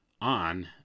on